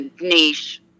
niche